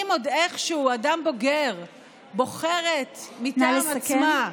אם עוד איכשהו אדם בוגר בוחרת מטעם עצמה, נא לסכם.